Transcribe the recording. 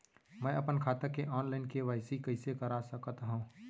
मैं अपन खाता के ऑनलाइन के.वाई.सी कइसे करा सकत हव?